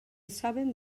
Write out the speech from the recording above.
saben